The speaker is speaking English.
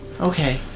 Okay